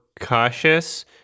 cautious